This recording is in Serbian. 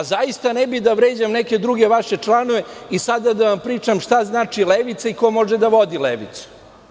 Zaista ne bih da vređam neke druge vaše članove i sada da vam pričam šta znači levica i ko može da vodi levicu.